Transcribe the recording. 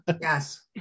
Yes